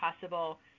possible